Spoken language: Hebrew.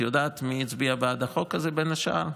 את יודעת מי הצביע בעד החוק הזה, בין השאר?